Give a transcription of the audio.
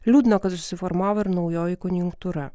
liūdna kad susiformavo ir naujoji konjunktūra